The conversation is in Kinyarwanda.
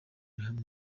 mihigo